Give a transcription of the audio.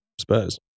Spurs